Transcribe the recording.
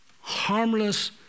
harmless